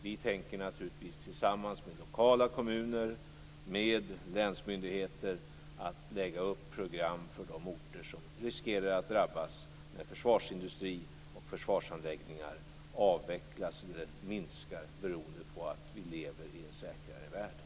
Vi tänker tillsammans med kommuner och länsmyndigheter lägga upp program för de orter som riskerar att drabbas när försvarsindustrin och försvarsanläggningar avvecklas eller minskar - beroende på att vi lever i en säkrare värld.